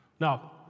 Now